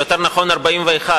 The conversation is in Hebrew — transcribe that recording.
או יותר נכון 41,